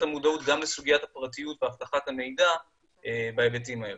המודעות גם לסוגיית הפרטיות ואבטחת המידע בהיבטים האלו.